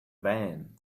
van